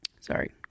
Sorry